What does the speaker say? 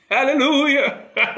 Hallelujah